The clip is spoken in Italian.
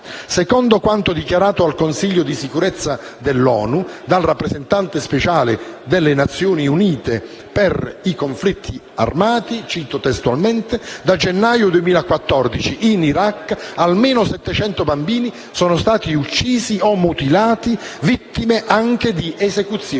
Secondo quanto dichiarato al Consiglio di sicurezza dell'ONU dal rappresentante speciale delle Nazioni Unite per i minori nei conflitti armati - cito testualmente - «da gennaio 2014 in Iraq almeno 700 bambini sono stati uccisi o mutilati, vittime anche di esecuzioni